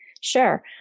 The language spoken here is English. sure